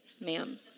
ma'am